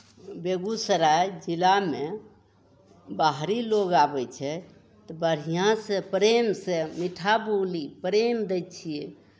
बेगूसराय जिलामे बाहरी लोग आबै छै तऽ बढ़िआँसँ प्रेमसँ मीठा बोली प्रेम दै छियै